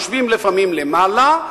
יושבים לפעמים למעלה,